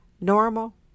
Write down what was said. normal